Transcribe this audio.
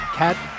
cat